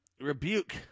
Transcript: rebuke